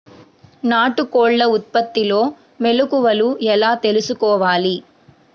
నాటుకోళ్ల ఉత్పత్తిలో మెలుకువలు ఎలా తెలుసుకోవాలి?